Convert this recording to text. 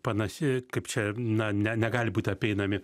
panaši kaip čia na ne negali būt apeinami